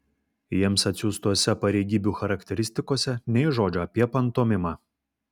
jiems atsiųstose pareigybių charakteristikose nė žodžio apie pantomimą